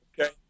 okay